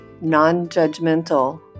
non-judgmental